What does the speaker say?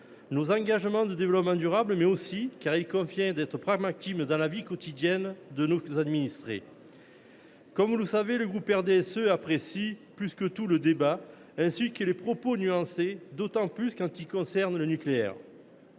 nos engagements de développement durable, mais aussi, car il convient d’être pragmatique, la vie quotidienne de nos administrés. Comme vous le savez, le groupe RDSE apprécie, plus que tout, le débat, ainsi que les propos nuancés, et ce d’autant plus quand ils concernent le nucléaire.